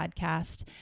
podcast